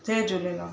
Jay Jhulelal